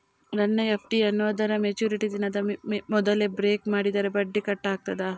ನನ್ನ ಎಫ್.ಡಿ ಯನ್ನೂ ಅದರ ಮೆಚುರಿಟಿ ದಿನದ ಮೊದಲೇ ಬ್ರೇಕ್ ಮಾಡಿದರೆ ಬಡ್ಡಿ ಕಟ್ ಆಗ್ತದಾ?